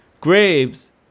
graves